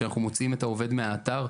שאנחנו מוצאים את העובד מה האתר.